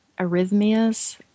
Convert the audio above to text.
arrhythmias